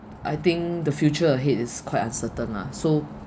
I think the future ahead is quite uncertain lah so